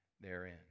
therein